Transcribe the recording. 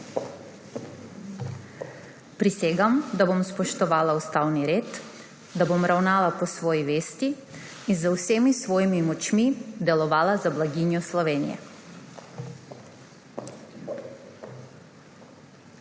Prisegam, da bom spoštovala ustavni red, da bom ravnala po svoji vesti in z vsemi svojimi močmi delovala za blaginjo Slovenije.